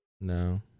No